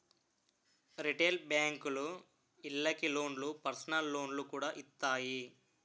retail బేంకులు ఇళ్ళకి లోన్లు, పర్సనల్ లోన్లు కూడా ఇత్తాయి